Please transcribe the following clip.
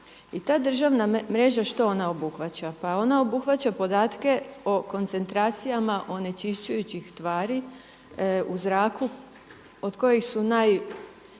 I ta državna mreža, šta ona obuhvaća? Pa ona obuhvaća podatke o koncentracijama onečišćujućih tvari u zraku od kojih su najčešće